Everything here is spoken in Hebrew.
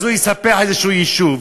אז הוא יספח יישוב?